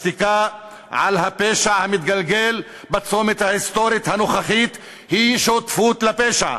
השתיקה על הפשע המתגלגל בצומת ההיסטורי הנוכחי היא שותפות לפשע.